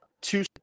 two